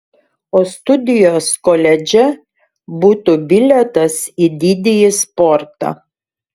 o studijos koledže būtų bilietas į didįjį sportą